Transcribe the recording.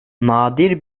nadir